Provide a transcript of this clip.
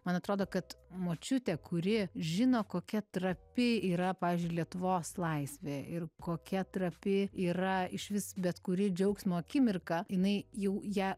man atrodo kad močiutė kuri žino kokia trapi yra pavyzdžiui lietuvos laisvė ir kokia trapi yra išvis bet kuri džiaugsmo akimirka jinai jau ją